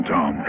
Tom